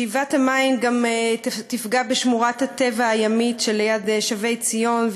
שאיבת המים גם תפגע בשמורת הטבע הימית שליד שבי-ציון,